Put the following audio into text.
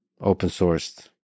open-sourced